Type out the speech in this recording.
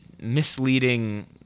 misleading